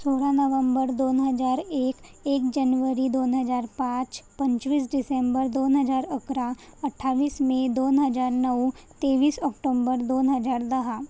सोळा नवंबर दोन हजार एक एक जनवरी दोन हजार पाच पंचवीस डिसेंबर दोन हजार अकरा अठ्ठावीस मे दोन हजार नऊ तेवीस ऑक्टोंबर दोन हजार दहा